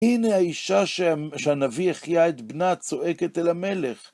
הנה האישה שהנביא החייה את בנה צועקת אל המלך.